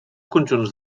conjunts